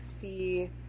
see